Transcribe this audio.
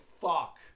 fuck